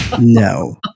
No